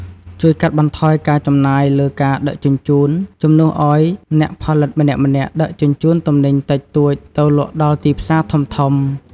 ជួយកាត់បន្ថយការចំណាយលើការដឹកជញ្ជូន ជំនួសឱ្យអ្នកផលិតម្នាក់ៗដឹកជញ្ជូនទំនិញតិចតួចទៅលក់ដល់ទីផ្សារធំៗ។